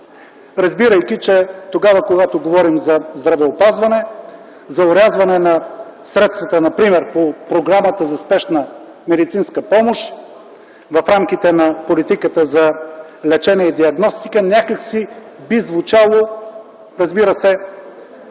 разбирайки, че когато говорим за здравеопазване, за орязване на средствата например по Програмата за спешна медицинска помощ в рамките на политиката за лечение и диагностика, подобно предложение някак си би звучало, разбира се,